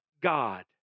God